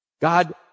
God